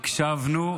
הקשבנו,